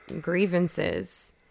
grievances